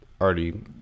already